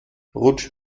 rutsch